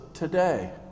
today